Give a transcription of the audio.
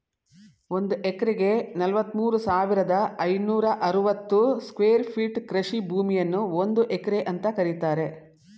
ಒಂದ್ ಎಕರೆಗೆ ನಲವತ್ಮೂರು ಸಾವಿರದ ಐನೂರ ಅರವತ್ತು ಸ್ಕ್ವೇರ್ ಫೀಟ್ ಕೃಷಿ ಭೂಮಿಯನ್ನು ಒಂದು ಎಕರೆ ಅಂತ ಕರೀತಾರೆ